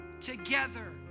together